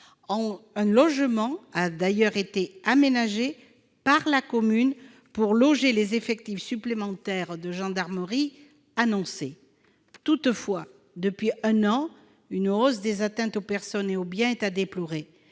la voie publique et aménagé un logement pour loger les effectifs supplémentaires de gendarmerie annoncés. Toutefois, depuis un an, une hausse des atteintes aux personnes et aux biens est à déplorer.